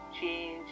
change